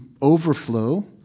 overflow